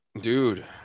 dude